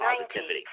positivity